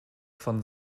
von